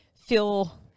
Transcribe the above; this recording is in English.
feel